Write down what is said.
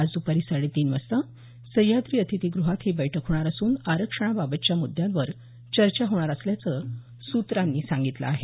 आज द्रपारी साडे तीन वाजता सह्याद्री अतिथी गृहात ही बैठक होणार असून आरक्षणाबाबतच्या मुद्यांवर चर्चा होणार असल्याचं सूत्रांनी सांगितलं आहे